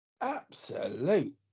Absolute